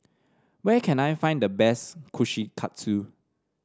where can I find the best Kushikatsu